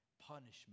punishment